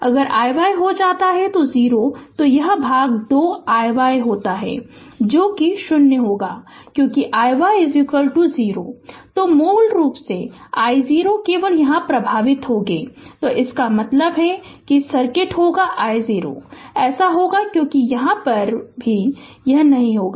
अगर iy हो जाता है 0 तो यह भाग 2 iy होता है जो कि 0 होता है क्योंकि iy 0 तो मूल रूप से i0 केवल यहाँ प्रवाहित होगी तो इसका मतलब है कि सर्किट होगा i0 ऐसा होगा क्योंकि यहाँ है भी और यह नहीं भी होगा